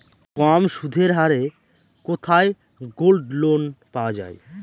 কম সুদের হারে কোথায় গোল্ডলোন পাওয়া য়ায়?